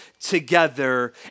together